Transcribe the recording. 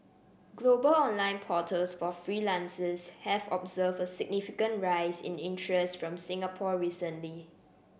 global online portals for freelancers have observed a significant rise in interest from Singapore recently